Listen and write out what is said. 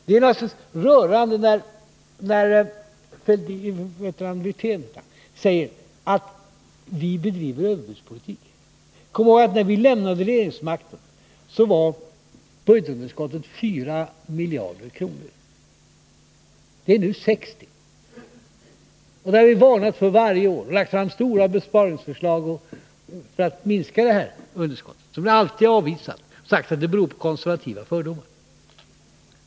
Det är rörande när Rolf Wirtén säger att vi bedriver överbudspolitik. Kom ihåg att när vi lämnade regeringsmakten, så var budgetunderskottet 4 miljarder kronor. Det är nu 60 miljarder. Detta har vi varnat för varje år och lagt fram stora besparingsförslag för att minska underskottet. Ni har alltid avvisat förslagen och sagt att de bygger på konservativa fördomar.